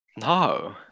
No